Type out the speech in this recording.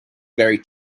very